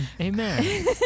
Amen